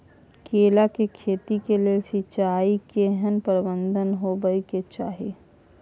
केला के खेती के लेल सिंचाई के केहेन प्रबंध होबय के चाही?